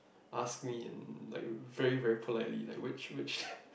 ask me and like very very politely like which which